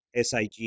SIG